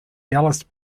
dallas